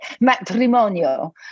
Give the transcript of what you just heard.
matrimonio